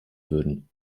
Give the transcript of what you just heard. würden